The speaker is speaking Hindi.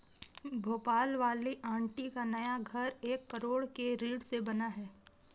भोपाल वाली आंटी का नया घर एक करोड़ के ऋण से बना है